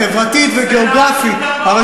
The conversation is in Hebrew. חוק שכירות הוגנת אנחנו נקדם,